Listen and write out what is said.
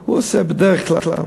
הוא עושה, בדרך כלל,